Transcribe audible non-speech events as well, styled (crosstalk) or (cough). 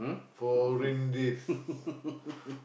um (laughs)